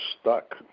stuck